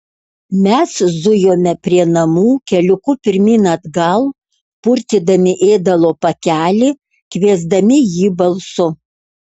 mes zujome prie namų keliuku pirmyn atgal purtydami ėdalo pakelį kviesdami jį balsu